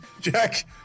Jack